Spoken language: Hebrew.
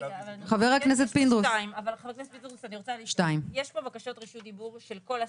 יש פה בקשות רשות דיבור של כל הסיעות,